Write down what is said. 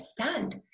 understand